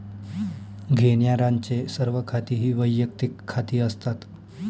घेण्यारांचे सर्व खाती ही वैयक्तिक खाती असतात